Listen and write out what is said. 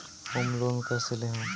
Home loan कैसे लेहम?